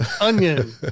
Onion